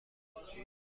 دارد